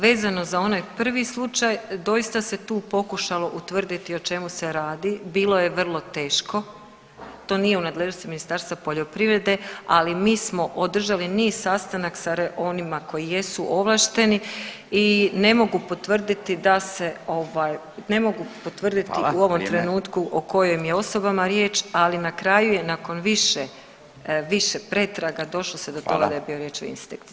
Vezano za onaj prvi slučaj doista se tu pokušalo utvrditi o čemu se radi, bilo je vrlo teško, to nije u nadležnosti Ministarstva poljoprivrede, ali mi smo održali niz sastanaka sa onima koji jesu ovlašteni i ne mogu potvrditi da se ovaj, ne mogu potvrditi u ovom trenutku o kojim je osobama riječ, ali na kraju je nakon više, više pretraga došlo se do toga da je bila riječ o insekticidu.